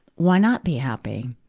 why not be happy?